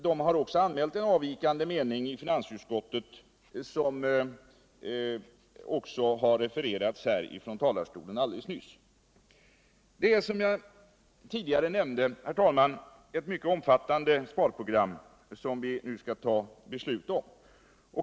De har också anmält en avvikande mening i finansutskottet, som refererades här från talarstolen alldeles nyss. Det är, som jag udigare nämnde, ett mycket omfattande sparprogram som vi nu skall fatta beslut om.